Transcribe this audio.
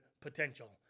potential